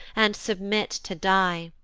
and submit to die!